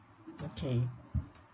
okay